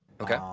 Okay